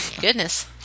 Goodness